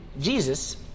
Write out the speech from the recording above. Jesus